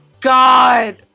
god